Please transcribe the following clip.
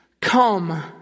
come